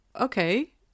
Okay